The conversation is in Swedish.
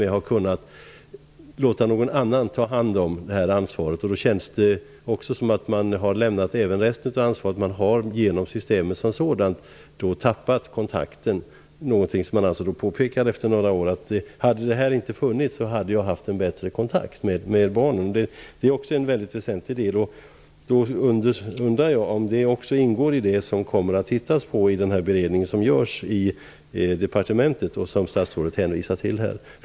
Man har kunnat låta någon annan ta en del av ansvaret. Det känns som att man har lämnat även resten av ansvaret för barnet genom systemet och tappat kontakten. Många har påpekat att hade inte systemet funnits hade de haft bättre kontakt med barnet. Det är väsentligt. Jag undrar om detta är någonting som arbetsgruppen inom departementet kommer att titta på.